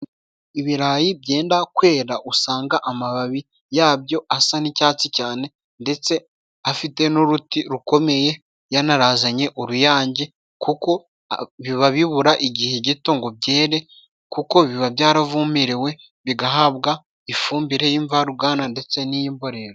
Ibirayi byenda kwera, usanga amababi yabyo asa n'icyatsi cyane, ndetse afite n'uruti rukomeye, yanarazanye uruyange, kuko biba bibura igihe gito ngo byere, kuko biba byaravomerewe, bigahabwa ifumbire y'imvaruganda, ndetse n'iyimborera.